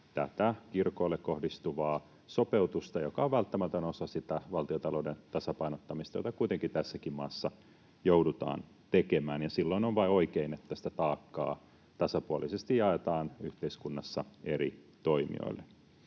tätä kirkoille kohdistuvaa sopeutusta, joka on välttämätön osa sitä valtiontalouden tasapainottamista, jota kuitenkin tässäkin maassa joudutaan tekemään, ja silloin on vain oikein, että sitä taakkaa tasapuolisesti jaetaan yhteiskunnassa eri toimijoille.